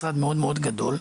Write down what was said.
משרד מאוד-מאוד גדול.